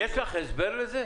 יש לך הסבר לזה?